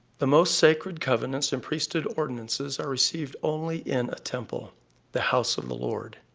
the most sacred covenants and priesthood ordinances are received only in a temple the house of the lord.